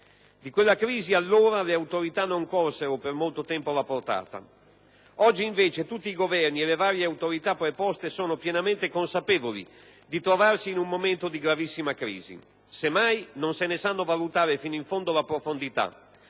Di quella crisi allora le autorità non colsero per molto tempo la portata; oggi, invece, tutti i Governi e le varie autorità preposte sono pienamente consapevoli di trovarsi in un momento di gravissima crisi: semmai, non ne sa valutare fino in fondo la profondità